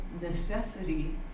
necessity